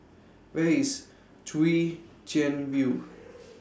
Where IS Chwee Chian View